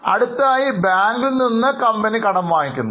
അടുത്തതായി കമ്പനി ബാങ്കിൽ നിന്നും കടം വാങ്ങുന്നു